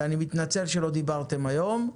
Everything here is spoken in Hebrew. אני מתנצל שלא דיברתם היום.